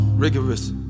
rigorous